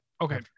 okay